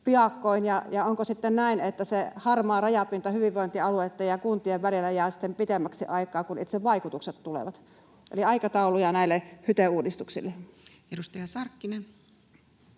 Ja onko sitten näin, että se harmaa rajapinta hyvinvointialueitten ja kuntien välillä jää sitten pitemmäksi aikaa, kun itse vaikutukset tulevat, eli aikatauluja näille HYTE-uudistuksille? Edustaja Sarkkinen.